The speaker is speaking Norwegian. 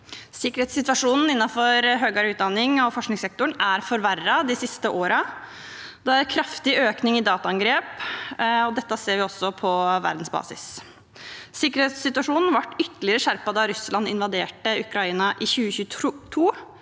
Sikkerhetssituasjonen innenfor høyere utdanning og forskningssektoren er forverret de siste årene. Det er en kraftig økning i dataangrep. Dette ser vi også på verdensbasis. Sikkerhetssituasjonen ble ytterligere skjerpet da Russland invaderte Ukraina i 2022.